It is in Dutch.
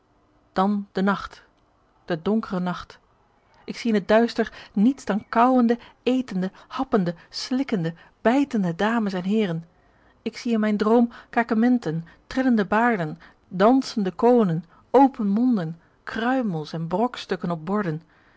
dan de nacht de donkere nacht ik zie in het duister niets dan kauwende etende happende slikkende bijtende dames en heeren ik zie in mijn droom kakementen trillende baarden dansende koonen open monden kruimels en brokstukken op borden